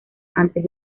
antes